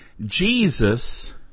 Jesus